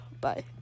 bye